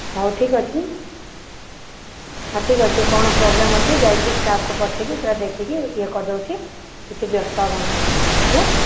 ହଉ ଠିକ୍ ଅଛି ହଁ ଠିକ୍ ଅଛି କ'ଣ ପ୍ରୋବ୍ଲେମ୍ ଅଛି ଯାଇକି ଷ୍ଟାଫ୍ଙ୍କୁ ପଠେଇ କି ସେଟା ଦେଖିକି ଇଏ କରି ଦେଉଛି କିଛି ବ୍ୟସ୍ତ ହେବାର ନାହିଁ ହେଲା